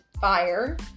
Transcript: fire